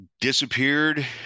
disappeared